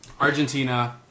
Argentina